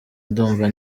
ndumva